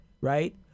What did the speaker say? right